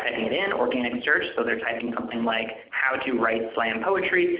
and and organic search, so they are typing something like how to write so and poetry.